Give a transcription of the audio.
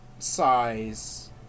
size